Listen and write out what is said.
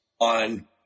on